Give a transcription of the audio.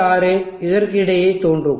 6 இதற்கிடையே தோன்றும்